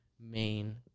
main